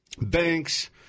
banks